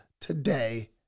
today